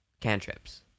cantrips